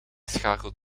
schakelt